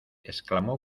exclamó